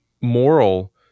moral